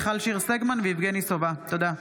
מיכל שיר סגמן ויבגני סובה, בנושא: